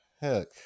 heck